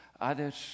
Others